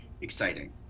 Exciting